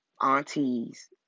aunties